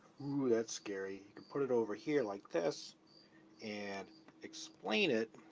ooh! that's scary. you can put it over here like this and explain it